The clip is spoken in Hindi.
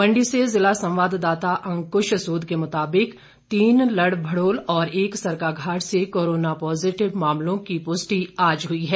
मंडी से जिला संवाददाता अंक्श सूद के मुताबिक तीन लड़भड़ोल और एक सरकाघाट से कोरोना पॉजिटिव मामलों की पुष्टि आज हुई है